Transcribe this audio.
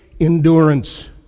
endurance